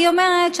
היא אומרת,